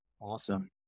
Awesome